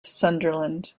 sunderland